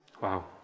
Wow